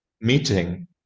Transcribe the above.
meeting